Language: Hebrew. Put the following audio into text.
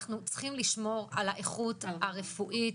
אנחנו צריכים לשמור על האיכות הרפואית,